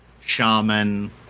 Shaman